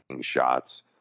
shots